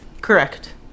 Correct